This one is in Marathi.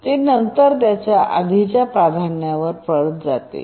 ते नंतर त्याच्या आधीच्या प्राधान्यावर परत जाते